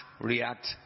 react